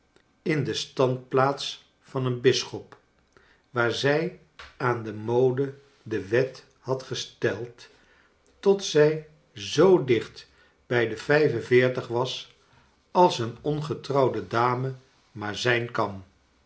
in de standplaats van een bisschop waar zij aan de mode de wet had gesteld tot zij zoo dicht bij de vijf en veertig was als een ongetrouwde dame maar zijn kan